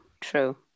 true